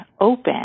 open